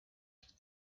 eat